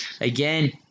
again